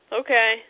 okay